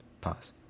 Pause